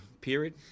period